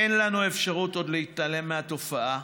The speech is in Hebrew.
אין לנו אפשרות עוד להתעלם מהתופעה,